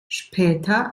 später